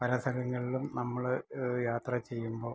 പല സ്ഥലങ്ങളിലും നമ്മൾ യാത്ര ചെയ്യുമ്പോൾ